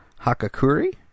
Hakakuri